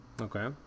Okay